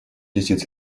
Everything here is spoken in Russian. летит